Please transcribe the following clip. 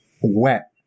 wet